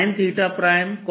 r R